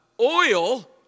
oil